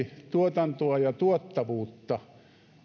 tuotantoa ja tuottavuutta